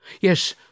Yes